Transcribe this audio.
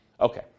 Okay